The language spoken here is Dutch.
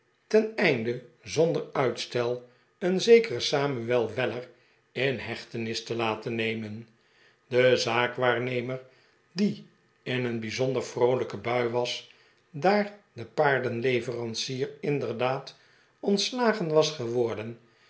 ten einde zonder uitstel een zekeren samuel weller in hechtenis te laten nemen de zaakwaarnemer die in een bijzonder vroolijke t ui was daar de paardenleverancier inderdaad ontslagen was geworden